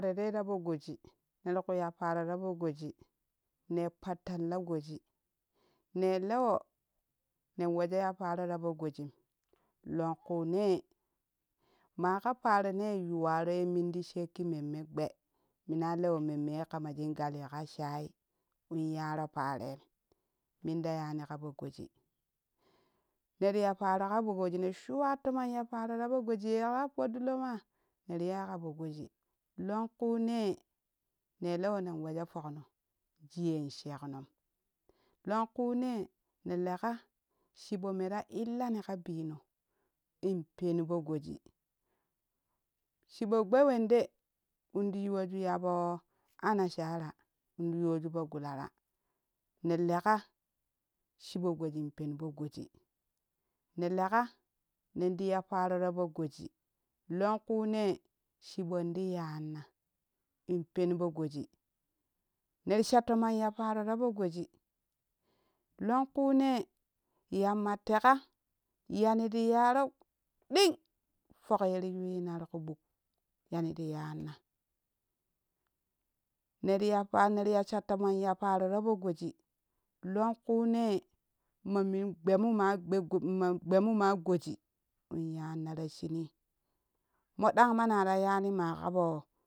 rei ra poo goji ne rikuu ya paro ta po goji nei pattanlaa goji nei lowo nen wojo ya parora poo gojim lonkune maƙa parone yuwaroi ye minti shekki memme gbee mina lowo mimme ye kama shan gali ƙa shai in yaro paroim men da yani ƙa po goji neri ya paro ka poo goji ne shuwa tomon ya paroo ƙa poo goji ye ka paɗɗilomaa neri yai ka poo goji lonkune ne lowo nen wojo pooknom jiyen seknom lonkune ne leka chiɓo mera illani ƙa bino in penpoo goji chiɓo gbee wende indi yiwoju ya poo ana shara inti yoju po gutara ne loƙa chiɓo gojin penpo goji ne leƙa nenti ya para rapo goji lonkune chiɓonti yanna in penpo goji neri sha tomoyi ya faro ta po goji lonkuune yamma teƙa yani ti yaro ɗing pok yeri yui yuinati ku ɓuk yani ti yanna ne ya pa ner ya shattomon ya parora po goji longkune ma men gbee mu ma gbe ma gbemu ma goji in yanna ta shini moɗan manara yani maƙa poo.